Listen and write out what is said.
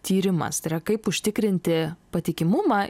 tyrimas tai yra kaip užtikrinti patikimumą